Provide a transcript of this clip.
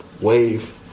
wave